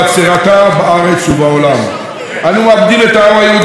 אנו מאבדים את העם היהודי על ידי התבוללות בכל מקום.